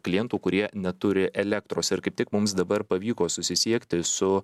klientų kurie neturi elektros ir kaip tik mums dabar pavyko susisiekti su